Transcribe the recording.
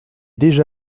déjà